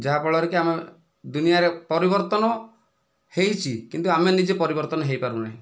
ଯାହା ଫଳରେ କି ଆମେ ଦୁନିଆରେ ପରିବର୍ତ୍ତନ ହୋଇଛି କିନ୍ତୁ ଆମେ ନିଜେ ପରିବର୍ତ୍ତନ ହୋଇପାରୁନାହିଁ